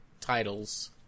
titles